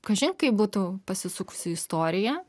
kažin kaip būtų pasisukusi istorija